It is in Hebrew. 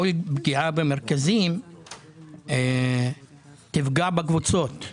כל פגיעה במרכזים תפגע בקבוצות,